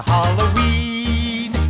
Halloween